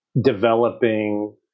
developing